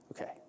Okay